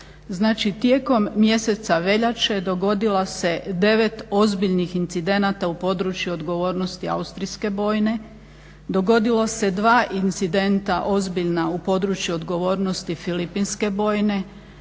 tijekom mjeseca veljače dogodila se 9 ozbiljnih incidenata u području odgovornosti Austrijske bojne, dogodilo se 2 incidenta ozbiljna u području odgovornosti Filipinske bojne,